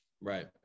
Right